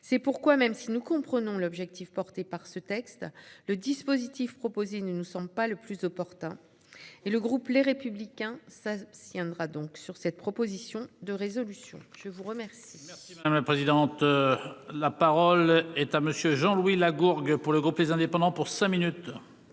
C'est pourquoi, même si nous comprenons l'objectif de ce texte, le dispositif proposé ne nous semble pas le plus opportun. Le groupe Les Républicains s'abstiendra donc sur cette proposition de résolution. La parole